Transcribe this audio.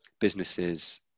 businesses